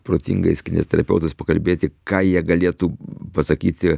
protingais kineziterapeutais pakalbėti ką jie galėtų pasakyti